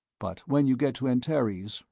but when you get to antares,